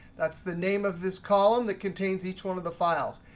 that's the name of this column that contains each one of the files.